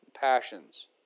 passions